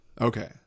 Okay